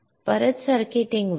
हो परत सर्किटिंग वर